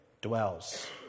dwells